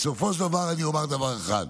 בסופו של דבר, אומר דבר אחד: